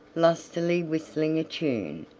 lustily whistling a tune,